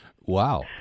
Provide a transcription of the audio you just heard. Wow